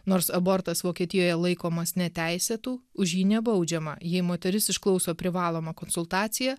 nors abortas vokietijoje laikomas neteisėtu už jį nebaudžiama jei moteris išklauso privalomą konsultaciją